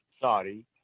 Saudi